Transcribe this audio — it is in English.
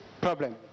problem